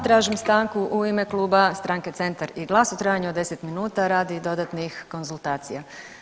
Tražim stanku u ime kluba stranke Centar i GLAS u trajanju od 10 minuta radi dodatnih konzultacija.